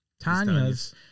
Tanya's